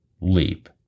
leap